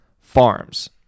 farms